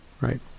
Right